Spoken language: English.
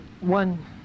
one